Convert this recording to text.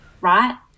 right